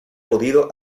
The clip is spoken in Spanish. podido